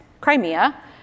Crimea